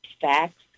facts